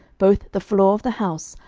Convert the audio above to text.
both the floor of the house,